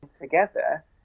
together